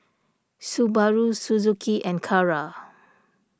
Subaru Suzuki and Kara